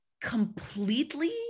completely